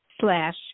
slash